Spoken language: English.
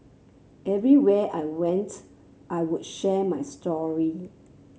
everywhere I went I would share my story